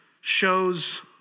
shows